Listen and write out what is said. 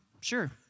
Sure